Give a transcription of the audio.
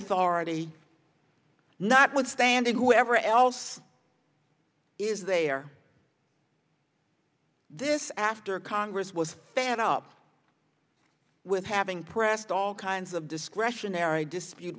authority notwithstanding whoever else is there this after congress was stand up with having pressed all kinds of discretionary dispute